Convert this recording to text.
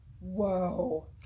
Whoa